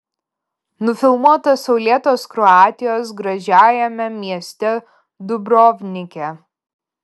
nufilmuota saulėtos kroatijos gražiajame mieste dubrovnike